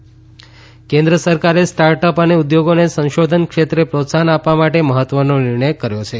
start up કેન્ફ્ર કેન્દ્ર સરકારે સ્ટાર્ટ અપ અને ઉદ્યોગોને સંશોધન ક્ષેત્રે પ્રોત્સાહન આપવા માટે મહત્વનો નિર્ણય કર્યો છે